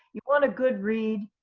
you want a good read,